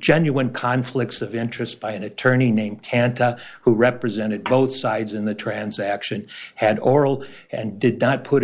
genuine conflicts of interest by an attorney named and who represented both sides in the transaction had oral and did not put